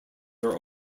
are